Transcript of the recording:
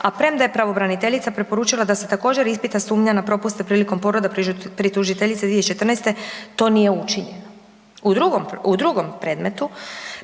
a premda je pravobraniteljica preporučila da se također, ispita sumnja na propuste prilikom poroda pri tužiteljici 2014., to nije učinjeno. U drugom predmetu